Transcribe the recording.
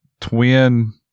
Twin